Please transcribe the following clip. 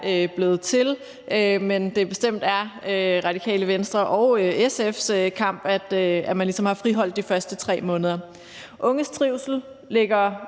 blevet til, men at det bestemt er et resultat af Radikale Venstres og SF's kamp, at man ligesom har friholdt de første 3 måneder. Unges trivsel ligger